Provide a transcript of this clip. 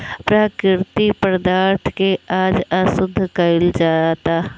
प्राकृतिक पदार्थ के आज अशुद्ध कइल जाता